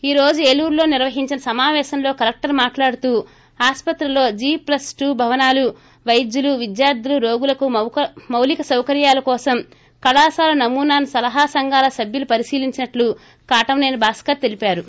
ఈ రోజు ఏలూరులో నిర్వహించిన సమాపేశంలో కలెక్షర్ మాట్లాడుతూ ఆస్పత్రిలో జీ ప్లస్ టూ భావనాలు వైద్యులు విద్యార్దులు రోగులకు మౌలిక సౌకర్యాల కోసం కళాశాల నమూనాను సలహా సంఘాల సభ్యులు పరిశీలించినట్లు కాటమనేని భాస్కర్ తెలిపారు